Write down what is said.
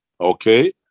Okay